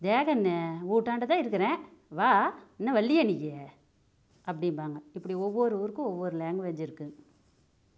ஏன் கண்ணு வீட்டான்ட தான் இருக்கிறேன் வா இன்னும் வரல்லியா நீய்யி அப்படிம்பாங்க இப்படி ஒவ்வொரு ஊருக்கும் ஒவ்வொரு லாங்குவேஜ் இருக்குது